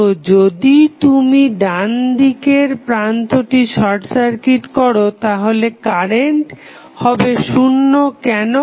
তো যদি তুমি ডানদিকের প্রান্তটি শর্ট সার্কিট করো তাহলে কারেন্ট হবে শুন্য কেন